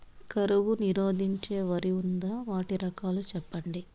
కరువు నిరోధించే వరి ఉందా? వాటి రకాలు చెప్పండి?